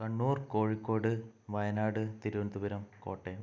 Kannur Kozhikode Wayanad Thiruvananthapuram Kottayam